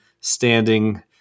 standing